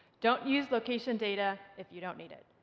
don't use location data if you don't need it.